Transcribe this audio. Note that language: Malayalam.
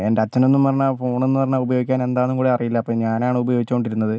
എൻ്റെ അച്ഛനെന്നു പറഞ്ഞാൽ ഫോണെന്ന് പറഞ്ഞാൽ ഉപയോഗിക്കാൻ എന്താണെന്നും കൂടി അറിയില്ലാ അപ്പോൾ ഞാനാണ് ഉപയോഗിച്ചുകൊണ്ടിരുന്നത്